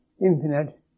infinite